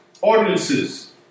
ordinances